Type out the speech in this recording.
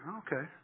okay